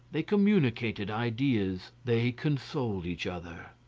they communicated ideas, they consoled each other.